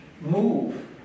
move